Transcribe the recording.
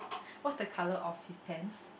what's the colour of his pants